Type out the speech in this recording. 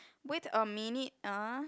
wait a minute ah